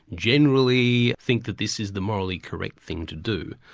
generally think that this is the morally correct thing to do.